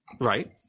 Right